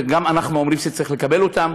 וגם אנחנו אומרים שצריך לקבל אותם,